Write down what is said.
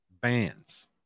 bands